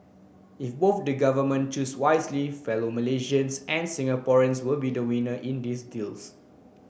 if both the government choose wisely fellow Malaysians and Singaporeans will be winners in this deals